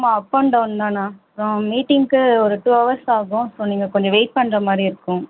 ஆமாம் up and down தானா அப்புறம் மீட்டிங்கு ஒரு டூ ஹவர்ஸ் ஆகும் ஸோ நீங்கள் கொஞ்சம் வெயிட் பண்ணுற மாதிரி இருக்கும்